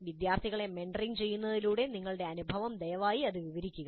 വിദ്യാർത്ഥികളെ മെന്ററിംഗ് ചെയ്യുന്നതിലെ നിങ്ങളുടെ അനുഭവം ദയവായി അത് വിവരിക്കുക